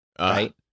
right